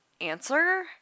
answer